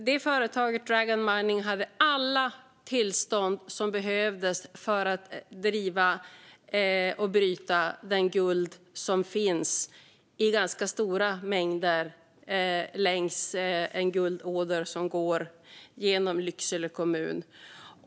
Detta företag hade alla tillstånd som behövdes för att bryta det guld som finns i ganska stora mängder i en guldåder som går genom Lycksele kommun.